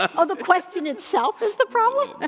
ah oh, the question itself is the problem?